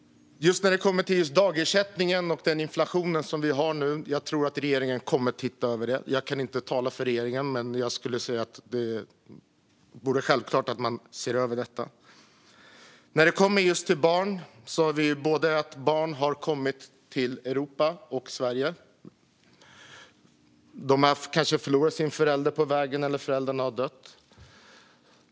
När det gäller dagersättningen och den inflation som vi nu har tror jag att regeringen kommer att titta över detta. Jag kan inte tala för regeringen, men jag skulle säga att det vore självklart att se över det. Bland de barn som har kommit till Europa och Sverige finns sådana som förlorat sin förälder på vägen. Föräldrarna kan också ha dött.